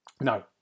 No